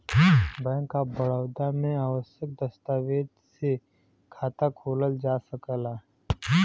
bank of Baroda में आवश्यक दस्तावेज से खाता खोलल जा सकला